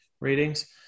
ratings